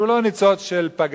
שהוא לא ניצוץ של פגזים,